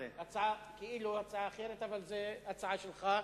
כאילו הצעה אחרת, אבל זו הצעה שלך.